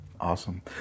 Awesome